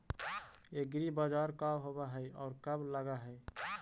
एग्रीबाजार का होब हइ और कब लग है?